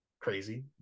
crazy